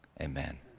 amen